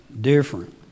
different